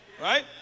right